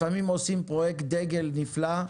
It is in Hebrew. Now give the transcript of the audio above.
לפעמים עושים פרויקט דגל נפלא,